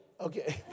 Okay